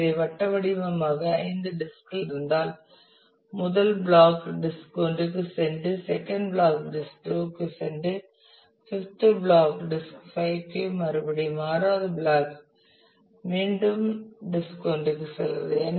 எனவே வட்டவடிவமாக ஐந்து டிஸ்க் குகள் இருந்தால் முதல் பிளாக் டிஸ்க் 1 க்கு செகண்ட் பிளாக் டிஸ்க் 2 க்கு 5th பிளாக் டிஸ்க் 5 க்கு மறுபடியும் 6 வது பிளாக் மீண்டும் டிஸ்க் 1 க்கு செல்கிறது